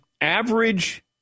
average